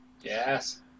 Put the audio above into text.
Yes